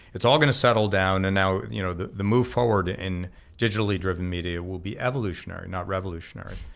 it's all gonna settle down, and now you know the the move forward in digitally driven media will be evolutionary not revolutionary,